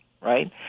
right